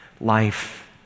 life